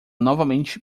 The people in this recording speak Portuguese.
novamente